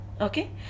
Okay